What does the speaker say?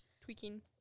Tweaking